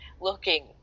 looking